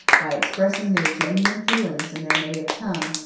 by expressing their genuine feelings in their native tongue,